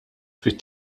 fit